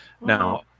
now